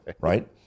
right